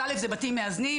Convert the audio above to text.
אז א' זה בתים מאזנים,